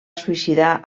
suïcidar